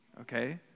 okay